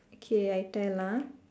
okay I tell ah